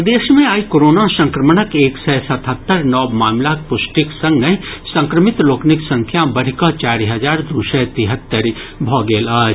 प्रदेश मे आइ कोरोना संक्रमणक एक सय सतहत्तरि नव मामिलाक पुष्टिक संगहि संक्रमित लोकनिक संख्या बढ़ि कऽ चारि हजार दू सय तिहत्तरि भऽ गेल अछि